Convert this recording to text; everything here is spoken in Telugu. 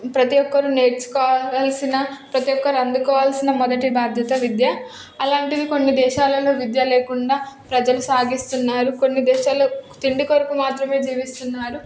ప్రతి ఒక్కరు నేర్చుకోవలసిన ప్రతి ఒక్కరు అందుకోవాల్సిన మొదటి బాధ్యత విద్య అలాంటిది కొన్ని దేశాలలో విద్యా లేకుండా ప్రజలు సాగిస్తున్నారు కొన్ని దేశాలు తిండి కొరకు మాత్రమే జీవిస్తున్నారు